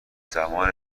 زمان